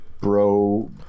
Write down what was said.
Bro